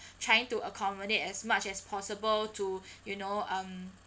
trying to accommodate as much as possible to you know um